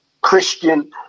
Christian